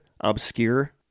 Obscure